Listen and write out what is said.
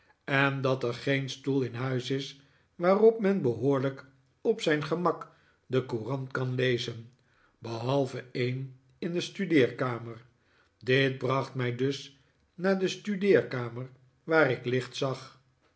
en dat er geen stoel in huis is waarop men behoorlijk op zijn gemak de courant kan lezen behalve een in de studeerkamer dit bracht mij dus naar de studeerkamer waar ik licht zag